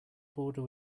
border